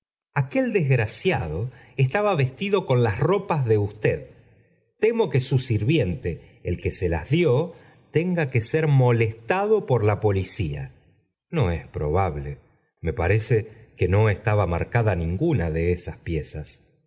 aquel desgraciado estaba vestido con las ropas de usted temo que su sirviente d que se las dio tenga que ser molestado por la policía no es probable me parece que no estaba marcada ninguna de esas piezas